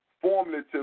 formative